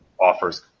offers